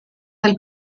del